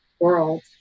world